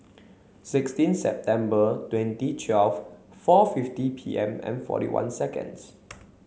sixteen September twenty twelve four fifty P M and forty one seconds